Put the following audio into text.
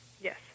Yes